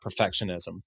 perfectionism